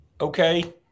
Okay